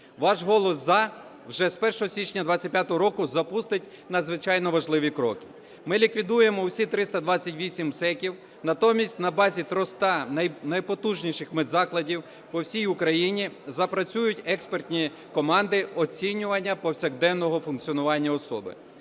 Ваш голос за вже з 1 січня 2025 року запустить надзвичайно важливі кроки. Ми ліквідуємо всі 328 МСЕК, натомість на базі 300 найпотужніших медзакладів по всій Україні запрацюють експертні команди оцінювання повсякденного функціонування особи.